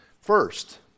First